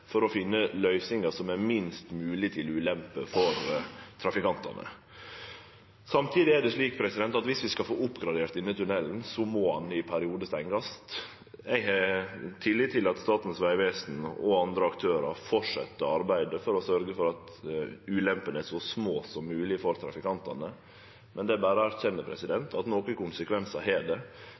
for å finne løysingar som er til minst mogleg ulempe for trafikantane. Samtidig er det slik at viss vi skal få oppgradert denne tunnelen, må han stengjast i periodar. Eg har tillit til at Statens vegvesen og andre aktørar fortset arbeidet med å sørgje for at ulempene er så små som mogleg for trafikantane. Men det er berre å erkjenne at det har nokre konsekvensar